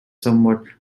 somewhat